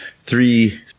three